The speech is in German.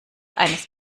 eines